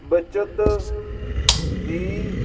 ਬੱਚਤ ਦੀ